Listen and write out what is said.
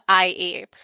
IE